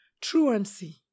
truancy